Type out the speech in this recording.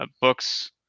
books